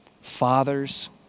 fathers